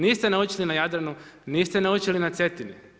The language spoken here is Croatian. Niste naučili na Jadranu, niste naučili na Cetini?